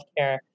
healthcare